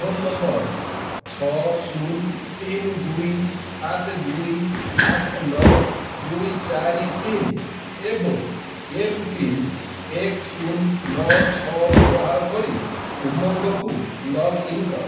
phone number ଛଅ ଶୂନ ତିନ ଦୁଇ ସାତ ଦୁଇ ଆଠ ନଅ ଦୁଇ ଚାରି ତିନ ଏବଂ ଏମ୍ ପିନ୍ ଏକ ଶୂନ ନଅ ଛଅ ବ୍ୟବହାର କରି ଉମଙ୍ଗକୁ ଲଗ୍ ଇନ କର